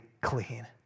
clean